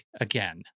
again